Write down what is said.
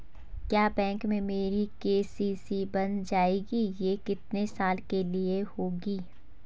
क्या बैंक में मेरी के.सी.सी बन जाएगी ये कितने साल के लिए होगी?